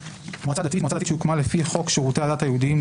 "מועצה דתית" מועצה דתית שהוקמה לפי חוק שירותי הדת היהודיים ,